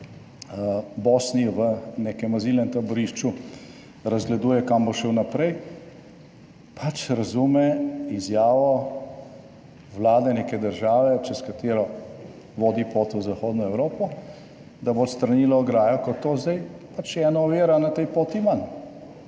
Bosni v nekem azilnem taborišču razgleduje, kam bo šel naprej, pač razume izjavo vlade neke države, čez katero vodi pot v zahodno Evropo, da bo odstranila ograjo, kot to: zdaj pač je ena ovira na tej poti manj.